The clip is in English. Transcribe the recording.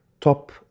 top